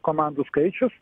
komandų skaičius